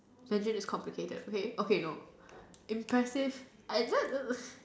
Mandarin is complicated okay okay no impressive I